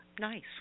Nice